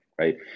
right